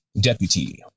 deputy